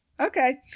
Okay